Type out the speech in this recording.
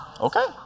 Okay